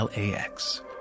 LAX